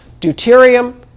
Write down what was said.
deuterium